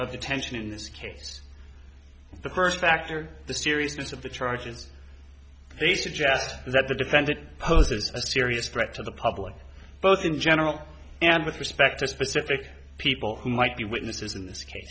of the tension in this case the first factor the seriousness of the charges they suggest that the defendant poses a serious threat to the public both in general and with respect to specific people who might be witnesses in this case